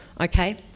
Okay